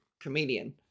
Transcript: comedian